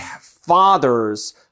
fathers